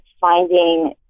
finding